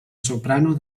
soprano